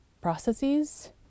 processes